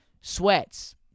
sweats